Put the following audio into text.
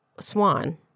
Swan